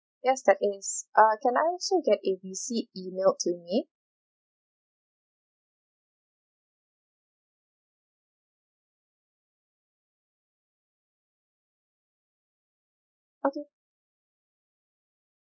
yes that is uh can I also get a receipt emailed to me okay